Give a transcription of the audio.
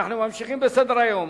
ממשיכים בסדר-היום.